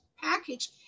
package